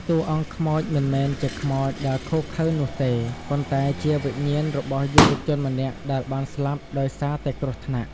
តួអង្គខ្មោចមិនមែនជាខ្មោចដែលឃោរឃៅនោះទេ ប៉ុន្តែជាវិញ្ញាណរបស់យុវជនម្នាក់ដែលបានស្លាប់ដោយសារតែគ្រោះថ្នាក់។